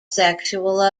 sexual